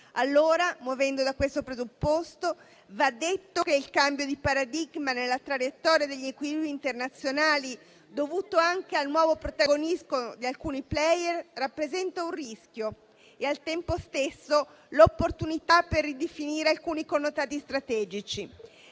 Allora, muovendo da questo presupposto, va detto che il cambio di paradigma nella traiettoria degli equilibri internazionali, dovuto anche al nuovo protagonismo di alcuni *player*, rappresenta un rischio e al tempo stesso l'opportunità per ridefinire alcuni connotati strategici.